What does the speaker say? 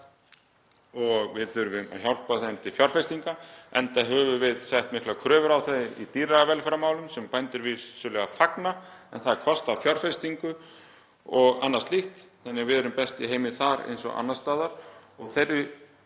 og við þurfum að hjálpa þeim til fjárfestinga enda höfum við sett miklar kröfur á þau í dýravelferðarmálum, sem bændur fagna vissulega. En það kostar fjárfestingu og annað slíkt. Við erum best í heimi þar eins og annars staðar og þeirri